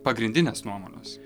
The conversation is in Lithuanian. pagrindines nuomones